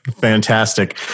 Fantastic